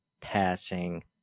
passing